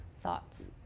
thoughts